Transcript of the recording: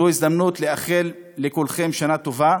זו הזדמנות לאחל לכולכם שנה טובה,